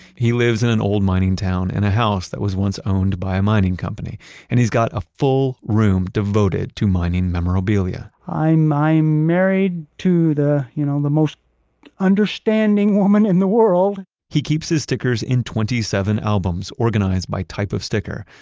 he lives in an old mining town in a house that was once owned by a mining company and he's got a full room devoted to mining memorabilia i'm married to the you know the most understanding woman in the world he keeps his stickers in twenty seven albums organized by type of sticker.